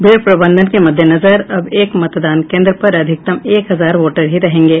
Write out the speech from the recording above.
भीड़ प्रबंधन के मद्देनजर अब एक मतदान केंद्र पर अधिकतम एक हजार वोटर हीं रहेंगे